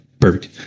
Perfect